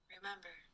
Remember